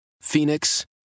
Phoenix